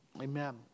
Amen